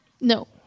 No